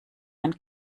ein